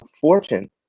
fortune